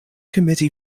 committee